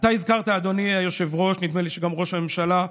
אתה הזכרת, אדוני היושב-ראש, נדמה שגם ראש הממשלה,